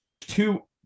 two